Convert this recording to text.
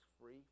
free